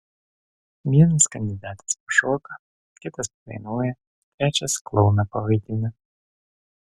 vienas kandidatas pašoka kitas padainuoja trečias klouną pavaidina